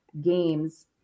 games